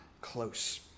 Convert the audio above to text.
close